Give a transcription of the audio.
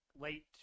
late